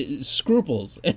scruples